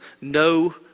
no